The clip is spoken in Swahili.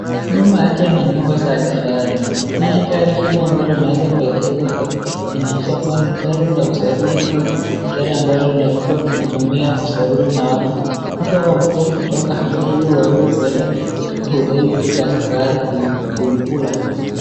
Nyuma yake ni nyumba za kifahari. Nayo gari hilo ambalo limeweza kuegeshwa hap inaweza kuwa ni gari la usafiri au gari ambalo linakuwa linatumia kusafiri na watu hao. Watu hao wameweza kuitoka hapa ili waweze kuenda katika hoteli hicho cha kifahari kukula.